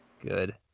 Good